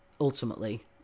Ultimately